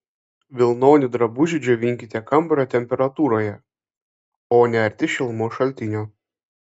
vilnonį drabužį džiovinkite kambario temperatūroje o ne arti šilumos šaltinio